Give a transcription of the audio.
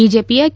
ಬಿಜೆಪಿಯ ಕೆ